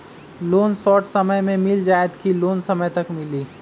Loan short समय मे मिल जाएत कि लोन समय तक मिली?